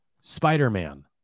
spider-man